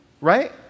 right